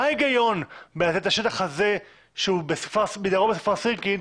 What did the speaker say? מה ההיגיון בלתת את השטח הזה שהוא מדרום לכפר סירקין,